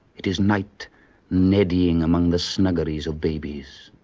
it is night neddying among the snuggeries of babies.